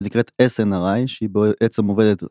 לקראת s-n-r-i שהיא בעצם עובדת